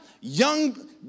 young